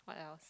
what else